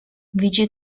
widzi